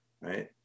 right